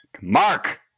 Mark